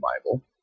Bible